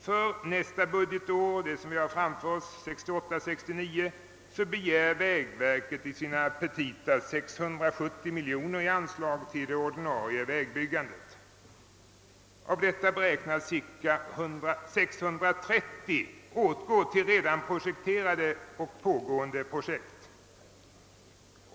För nästa budgetår, 1968/69, begär vägverket i sina petita 670 miljoner kronor i anslag till det ordinarie vägbyggandet. Därav beräknas cirka 630 miljoner åtgå till redan pågående arbeten.